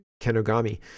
kenogami